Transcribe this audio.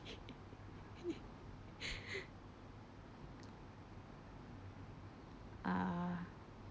ah